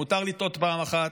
מותר לטעות פעם אחת,